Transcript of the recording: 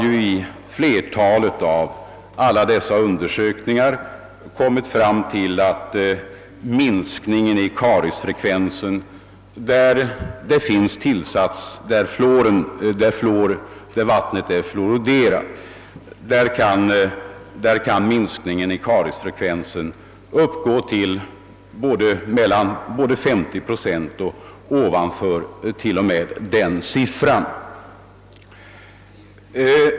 Vid flertalet undersökningar har man funnit att kariesfrekvensen minskar då vattnet är fluoriderat. Minskningen kan uppgå till både 50 procent och mer.